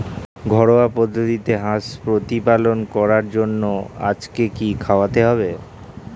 ঘরোয়া পদ্ধতিতে হাঁস প্রতিপালন করার জন্য আজকে কি খাওয়াতে হবে?